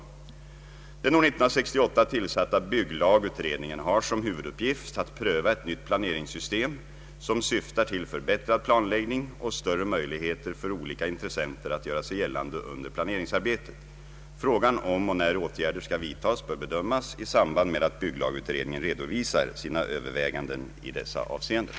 Den år 1968 tillsatta bygglagutredningen har som huvuduppgift att pröva ett nytt planeringssystem som syftar till förbättrad planläggning och större möjligheter för olika intressenter att göra sig gällande under planeringsarbetet. Frågan om och när åtgärder skall vidtas bör bedömas i samband med att bygglagutredningen <:redovisar «sina överväganden i dessa avseenden.